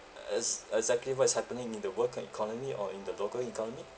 ex~ exactly what is happening in the world ~ con~ economy or in the local economy